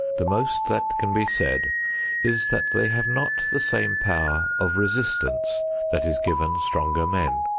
the most that can be said is that they have not the same power of resistance that is given stronger men.